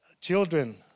Children